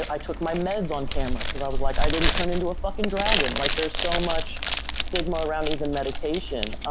i took my meds on camera, cause i was like, i didn't turn into a fuckin' dragon. like, there's so much stigma around even medication